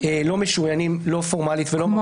לא משוריינים לא פורמלית ולא --- כמו?